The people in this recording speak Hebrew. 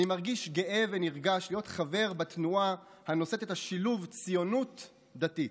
אני מרגיש גאה ונרגש להיות חבר בתנועה הנושאת את השילוב "ציונות דתית".